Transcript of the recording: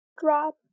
drop